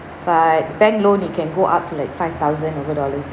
but bank loan you can go up to like five thousand over dollars